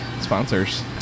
sponsors